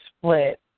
split